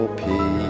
peace